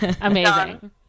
amazing